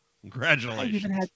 Congratulations